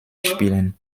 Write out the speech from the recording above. spielen